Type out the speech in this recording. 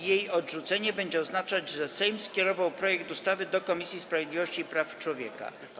Jej odrzucenie będzie oznaczać, że Sejm skierował projekt ustawy do Komisji Sprawiedliwości i Praw Człowieka.